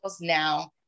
now